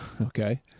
Okay